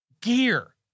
gear